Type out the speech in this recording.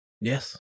Yes